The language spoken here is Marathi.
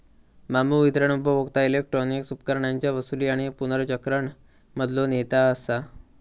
बांबू वितरण उपभोक्ता इलेक्ट्रॉनिक उपकरणांच्या वसूली आणि पुनर्चक्रण मधलो नेता असा